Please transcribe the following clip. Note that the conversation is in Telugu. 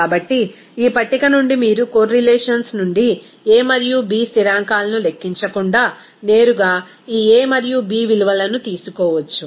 కాబట్టి ఈ పట్టిక నుండి మీరు కోర్రిలేషన్స్ నుండి a మరియు b స్థిరాంకాలను లెక్కించకుండా నేరుగా ఈ a మరియు b విలువలను తీసుకోవచ్చు